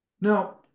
Now